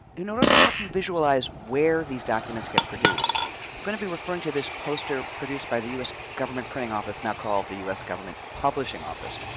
in order to help you visualize where these documents get produced, i'm going to be referring to this poster produced by the u s. government printing office, now called the u s. government publishing office.